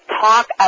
talk